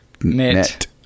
Net